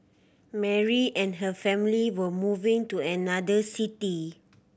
Mary and her family were moving to another city